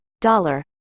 dollar